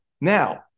Now